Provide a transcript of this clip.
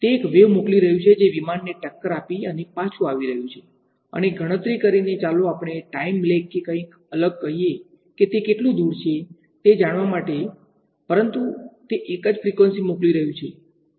તે એક વેવ મોકલી રહ્યું છે જે વિમાનને ટક્કર આપી અને પાછું આવી રહ્યું છે અને ગણતરી કરીને ચાલો આપણે ટાઈમ લેગ કે કઈંક અલગ કહીએ કે તે કેટલું દૂર છે તે જાણવા માટે પરંતુ તે એક જ ફ્રીકવંસી મોકલી રહ્યું છે